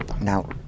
Now